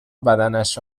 بدنش